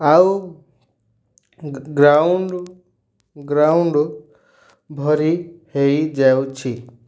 ଆଉ ground ground ଭରି ହେଇଯାଉଛି